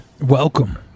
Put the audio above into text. Welcome